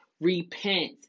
repent